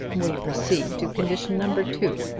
we proceed to condition number two.